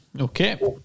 Okay